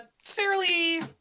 fairly